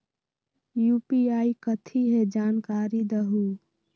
UPI कथी है? जानकारी दहु